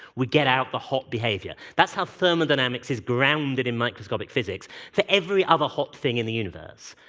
we get out the hot behavior. that's how thermodynamics is grounded in microscopic physics for every other hot thing in the universe.